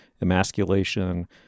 emasculation